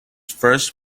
first